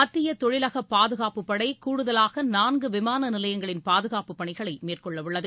மத்திய தொழிலக பாதுகாப்புப் படை கூடுதலாக நான்கு விமான நிலையங்களின் பாதுகாப்புப் பணிகளை மேற்கொள்ள உள்ளது